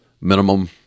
minimum –